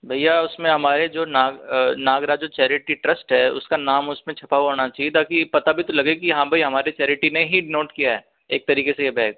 भैया उसमें हमारे जो नागरथ जो चैरिटी ट्रस्ट है उसका नाम उसमें छपा हुआ होना चाहिए ताकि पता भी तो लगे कि हाँ भई हमारे चैरिटी ने ही डोनेट किया है एक तरीके से यह